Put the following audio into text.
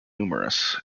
numerous